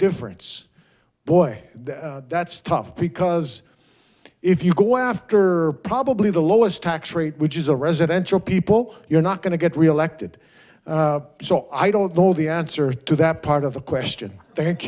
difference boy that's tough because if you go out after probably the lowest tax rate which is a residential people you're not going to get reelected so i don't know the answer to that part of the question th